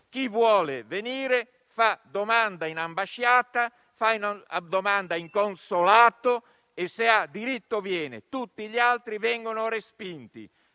Chi vuole venire fa domanda in ambasciata o in consolato e, se ha diritto, viene; tutti gli altri vengono respinti.